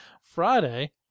Friday